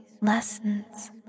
lessons